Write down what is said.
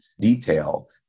detail